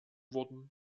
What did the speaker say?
wurden